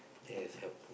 there is help